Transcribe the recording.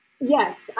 Yes